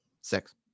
Six